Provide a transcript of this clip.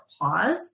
pause